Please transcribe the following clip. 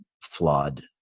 flawed